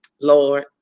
Lord